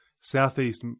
southeast